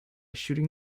shooting